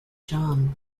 john